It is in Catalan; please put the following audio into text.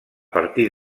partir